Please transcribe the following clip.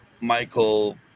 Michael